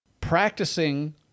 practicing